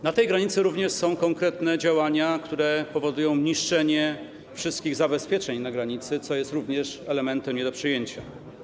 Na tej granicy są również konkretne działania, które powodują niszczenie wszystkich zabezpieczeń na granicy, co jest również elementem nie do przyjęcia.